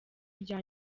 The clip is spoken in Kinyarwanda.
rya